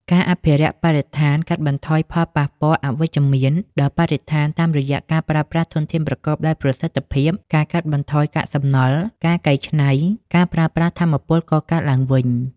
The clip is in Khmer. ការអភិរក្សបរិស្ថានកាត់បន្ថយផលប៉ះពាល់អវិជ្ជមានដល់បរិស្ថាន តាមរយៈការប្រើប្រាស់ធនធានប្រកបដោយប្រសិទ្ធភាព ការកាត់បន្ថយកាកសំណល់ ការកែច្នៃ ការប្រើប្រាស់ថាមពលកកើតឡើងវិញ ។